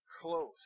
Close